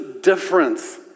difference